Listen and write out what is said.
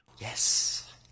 Yes